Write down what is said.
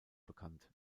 bekannt